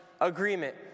agreement